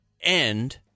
end